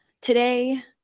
today